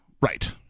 Right